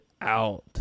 out